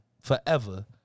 forever